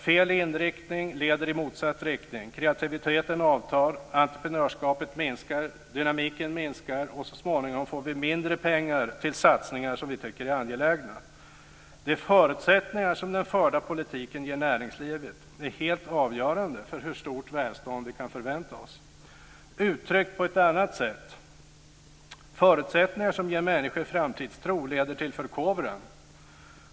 Fel inriktning leder i motsatt riktning. Kreativiteten avtar, entreprenörskapet minskar, dynamiken minskar, och så småningom får vi mindre pengar till satsningar som vi tycker är angelägna. De förutsättningar som den förda politiken ger näringslivet är helt avgörande för hur stort välstånd vi kan förvänta oss. Jag kan uttrycka det på ett annat sätt: Förutsättningar som ger människor framtidstro leder till förkovran.